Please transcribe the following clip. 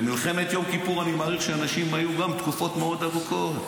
במלחמת יום כיפור אני מעריך שאנשים היו גם תקופות מאוד ארוכות.